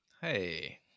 hey